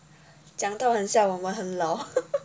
讲到很像我们很老